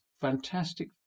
fantastic